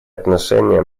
отношения